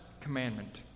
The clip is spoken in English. commandment